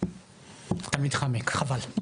אתה מתחמק, חבל.